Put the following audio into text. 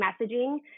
messaging